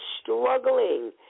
struggling